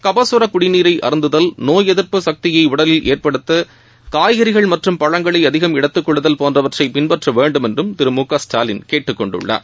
கப கர குடிநீரை அருந்துதல் நோய் எதிர்ப்பு சக்தியை உடலில் ஏற்படுத்த காய்கறிகள் மற்றம் பழங்களை அதிகம் எடுத்துக்கொள்ளுதல் போன்றவற்றை பின்பற்ற வேண்டும் என்றும் திரு முகஸ்டாலின் கேட்டுக்கொண்டுள்ளார்